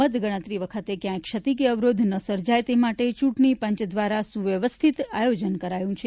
મતગણતરી વખતે ક્યાંય ક્ષતિ કે અવરોધ ન સર્જાય તે માટે ચૂંટણી પંચ દ્વારા સુવ્યવસ્થિત આયોજન કરાયૂં છે